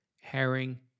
Herring